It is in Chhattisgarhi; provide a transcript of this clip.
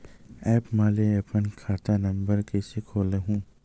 एप्प म ले अपन खाता नम्बर कइसे खोलहु?